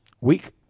week